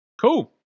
Cool